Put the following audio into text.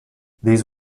these